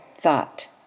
thought